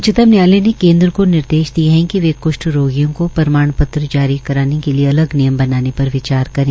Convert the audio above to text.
उच्चतम न्यायालय ने केन्द्र को निर्देश दिए है कि वे कृष्ट रोगियों को प्रमाण पत्र जारी कराने के लियेअलग निगम बनाने पर विचार करे